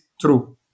true